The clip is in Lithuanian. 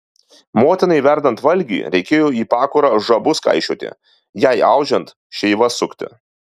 motinai verdant valgį reikėjo į pakurą žabus kaišioti jai audžiant šeivas sukti